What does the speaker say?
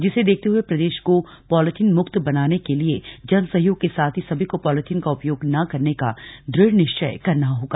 जिसे देखते हुए प्रदेश को पॉलीथीन मुक्त बनाने के लिए जन सहयोग के साथ ही सभी को पॉलीथीन का उपयोग न करने का दृढ़ निश्चय करना होगा